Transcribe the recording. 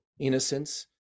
innocence